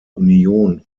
union